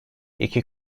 i̇ki